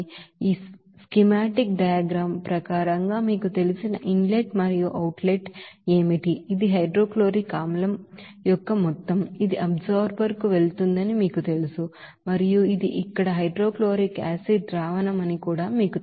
ఈ schematic diagram ప్రకారంగా మీకు తెలిసిన ఇన్ లెట్ మరియు అవుట్ లెట్ ఏమిటి ఇది హైడ్రోక్లోరిక్ ఆసిడ్ యొక్క మొత్తం ఇది ఆ అబ్జార్బర్ కు వెళుతుందని మీకు తెలుసు మరియు ఇది ఇక్కడ హైడ్రోక్లోరిక్ యాసిడ్ సొల్యూషన్ మీకు తెలుసు